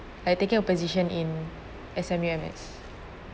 I taking a position in S_M_U M_S